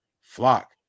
flock